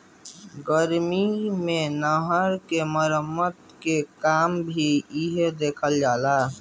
गर्मी मे नहर क मरम्मत के काम भी इहे देखेला